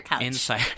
Inside